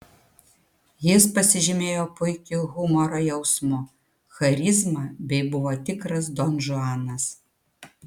jis pasižymėjo puikiu humoro jausmu charizma bei buvo tikras donžuanas